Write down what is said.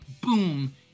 boom